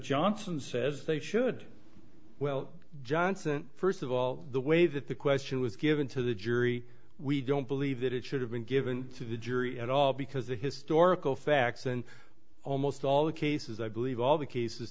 johnson says they should well johnson first of all the way that the question was given to the jury we don't believe that it should have been given to the jury at all because the historical facts and almost all the cases i believe all the cases